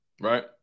right